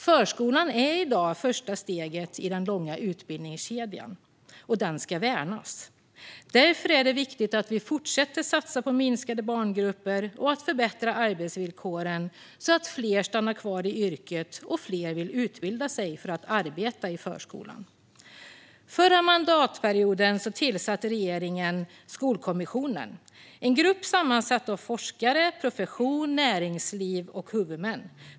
Förskolan är i dag det första steget i den långa utbildningskedjan, och den ska värnas. Därför är det viktigt att vi fortsätter att satsa på minskade barngrupper och på att förbättra arbetsvillkoren så att fler stannar kvar i yrket och fler vill utbilda sig för att arbeta i förskolan. Förra mandatperioden tillsatte regeringen Skolkommissionen, en grupp sammansatt av representanter för forskning, profession, näringsliv och huvudmän.